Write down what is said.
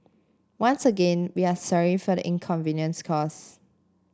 once again we are sorry for the inconvenience cause